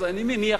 אז אני מבקש,